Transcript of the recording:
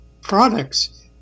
products